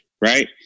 right